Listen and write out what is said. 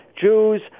Jews